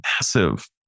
massive